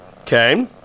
Okay